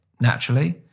naturally